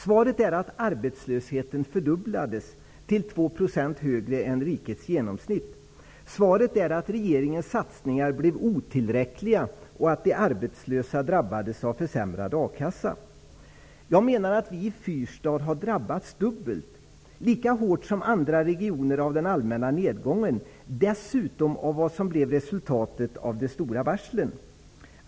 Svaret är att arbetslösheten fördubblades till 2 % högre än rikets genomsnitt. Svaret är att regeringens satsningar blev otillräckliga och att de arbetslösa drabbades av försämrad a-kassa. Jag menar att vi i Fyrstadsregionen har drabbats dubbelt. Vi har drabbats lika hårt som andra regioner av den allmänna nedgången. Dessutom har vi drabbats av det som blev resultatet av de stora varslen.